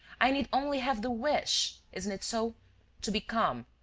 i need only have the wish isn't it so to become,